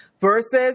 versus